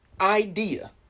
idea